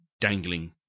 dangling